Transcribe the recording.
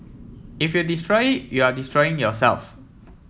if you destroy you are destroying yourselves